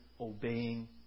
obeying